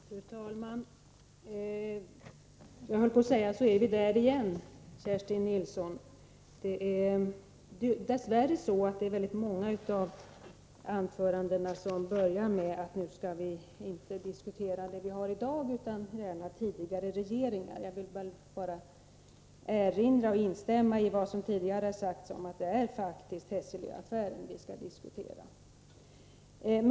Fru talman! Jag höll på att säga: Så är vi där igen! Dess värre börjar väldigt många anföranden med att nu skall vi inte diskutera det ärende vi har i dag utan stället tidigare regeringar. Jag vill bara instämma i vad som sagts om att det är faktiskt Hesselö-affären vi skall debattera.